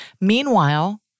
Meanwhile